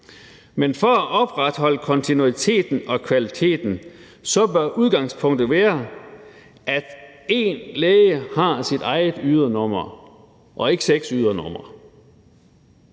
Men for at opretholde kontinuiteten og kvaliteten bør udgangspunktet være, at en læge har sit eget ydernummer og ikke seks ydernumre.